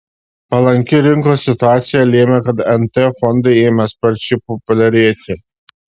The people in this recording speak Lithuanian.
palanki rinkos situacija lėmė kad nt fondai ėmė sparčiai populiarėti